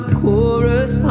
chorus